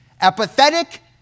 apathetic